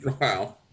Wow